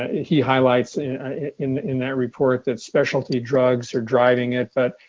he highlights and in in that report that specialty drugs are driving it but,